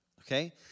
okay